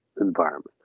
environment